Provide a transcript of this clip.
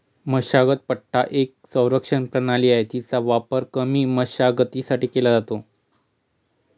मशागत पट्टा एक संरक्षण प्रणाली आहे, तिचा वापर कमी मशागतीसाठी केला जातो